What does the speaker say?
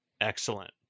Excellent